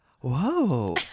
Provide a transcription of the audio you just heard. Whoa